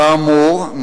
כאמור,